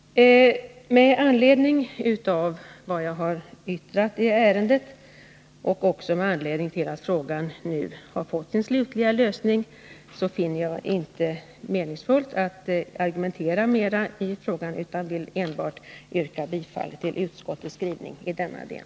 Efter vad jag har yttrat i ärendet och med anledning av att frågan nu har fått en slutlig lösning finner jag det inte meningsfullt att argumentera mera, utan vill enbart yrka bifall till utskottets skrivning i denna del.